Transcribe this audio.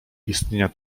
istnienia